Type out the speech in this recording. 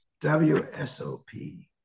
WSOP